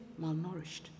malnourished